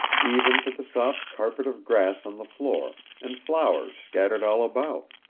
even to the soft carpet of grass on the floor, and flowers scattered all about.